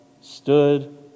stood